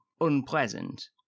unpleasant